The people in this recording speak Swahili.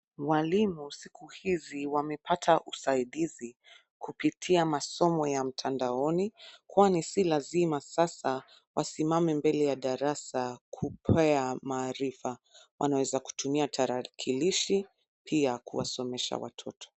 Walimu siku hizi wamepata usaidizi kupitia masomo ya mtandaoni kwani si lazima sasa wasimame mbele ya darasa kupea maarifa. Wanaweza kutumia tarakilishi pia kuwasomesha watoto.